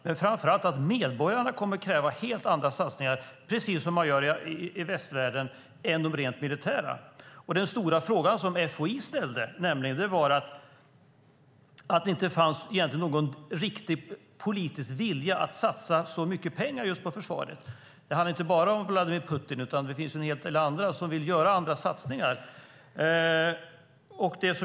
Men framför allt kommer medborgarna att, precis som i västvärlden, kräva helt andra satsningar än de rent militära. Den stora fråga som FOI ställde var att det egentligen inte fanns någon riktig politisk vilja att satsa så mycket pengar på just försvaret. Det handlar inte bara om Vladimir Putin, utan det finns en hel del andra som vill göra andra satsningar.